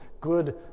good